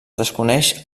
desconeix